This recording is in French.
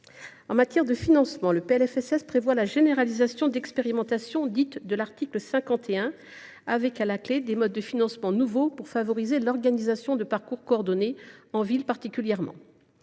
de loi de financement de la sécurité sociale prévoit la généralisation d’expérimentations dites de l’article 51 avec, à la clé, des modes de financement nouveaux pour favoriser l’organisation de parcours coordonnés, en ville particulièrement.